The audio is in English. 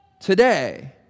today